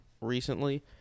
recently